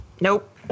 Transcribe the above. nope